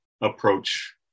approach